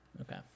Okay